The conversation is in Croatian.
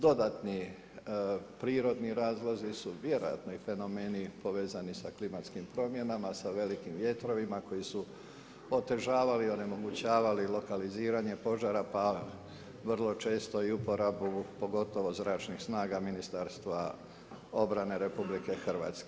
Dodatni prirodni razlozi su vjerojatno i fenomeni povezani sa klimatskim promjenama, sa velikim vjetrovima koji su otežavali i onemogućavali lokaliziranje požara pa vrlo često i uporabu pogotovo zračnih snaga Ministarstva obrane RH.